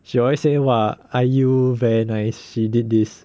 she always say !wah! I_U very nice she did this